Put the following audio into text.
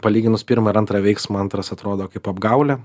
palyginus pirmą ir antrą veiksmą antras atrodo kaip apgaulė